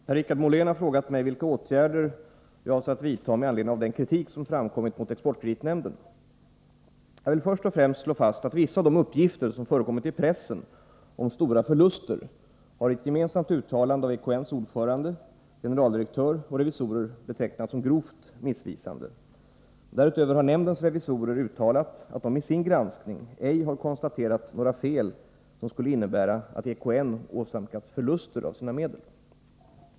Herr talman! Per-Richard Molén har frågat mig om vilka åtgärder jag avser att vidta med anledning av den kritik som framkommit mot exportkreditnämnden. Jag vill först och främst slå fast att vissa av de uppgifter som förekommit i pressen om stora förluster har i ett gemensamt uttalande av EKN:s ordförande, generaldirektör och revisorer betecknats som grovt missvisande. Därutöver har nämndens revisorer uttalat att de i sin granskning ej har konstaterat några fel som skulle innebära att EKN åsamkats förluster av sina medel.